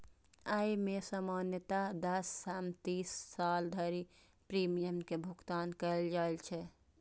अय मे सामान्यतः दस सं तीस साल धरि प्रीमियम के भुगतान कैल जाइ छै